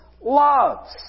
loves